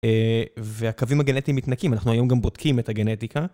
והקווים הגנטיים מתנקים, אנחנו היום גם בודקים את הגנטיקה.